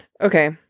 Okay